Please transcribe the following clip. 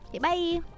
bye